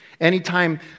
Anytime